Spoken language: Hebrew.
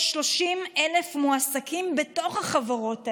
יש 30,000 מועסקים בחברות האלו,